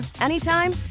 anytime